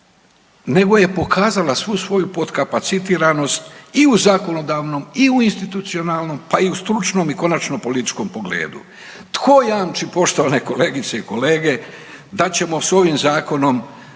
nego je pokazala svu svoju potkapacitiranost i u zakonodavnom, i u institucionalnom, pa i u stručnom i konačno političkom pogledu. Tko jamči poštovane kolegice i kolege da ćemo s ovim zakonom